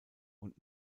und